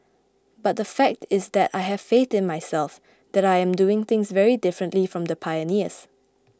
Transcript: but the fact is that I have faith in myself that I am doing things very differently from the pioneers